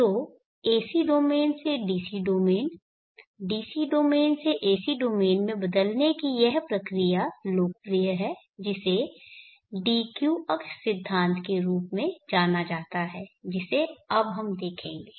तो AC domain से DC domain DC domain से AC डोमेन में बदलने की यह प्रक्रिया लोकप्रिय है जिसे d q अक्ष सिद्धांत के रूप में जाना जाता है जिसे अब हम देखेंगे